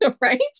Right